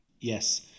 Yes